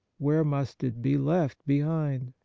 where must it be left be hind?